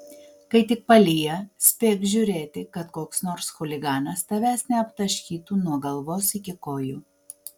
kai tik palyja spėk žiūrėti kad koks nors chuliganas tavęs neaptaškytų nuo galvos iki kojų